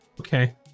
okay